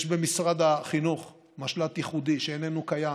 יש במשרד החינוך משל"ט ייחודי שאיננו קיים